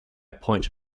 point